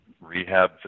rehab